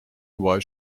why